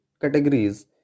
categories